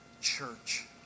church